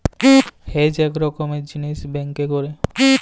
hedge ইক রকমের জিলিস ব্যাংকে ক্যরে